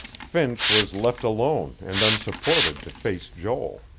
finch was left alone and unsupported to face joel.